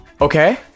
Okay